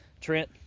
Trent